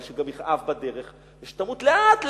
אבל שגם יכאב בדרך ושתמות לאט,